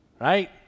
right